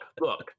look